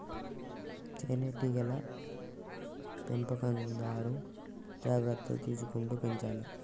తేనె టీగల పెంపకందారు జాగ్రత్తలు తీసుకుంటూ పెంచాలే